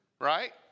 Right